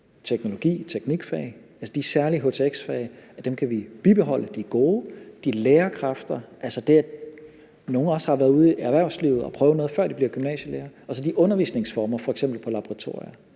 teknologi, teknikfag, altså de særlige htx-fag, de er gode, de lærerkræfter, altså det, at nogle også har været ude i erhvervslivet og prøve noget, før de bliver gymnasielærere, og så de undervisningsformer, der er, f.eks. på laboratorier.